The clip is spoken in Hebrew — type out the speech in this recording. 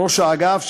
ראש האגף,